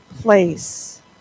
place